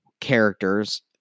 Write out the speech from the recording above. characters